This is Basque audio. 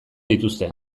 dituzte